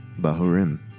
Bahurim